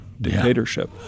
Dictatorship